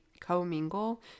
co-mingle